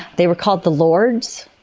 they were called the lords,